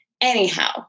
Anyhow